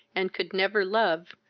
and could never love,